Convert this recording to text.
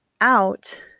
out